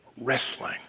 wrestling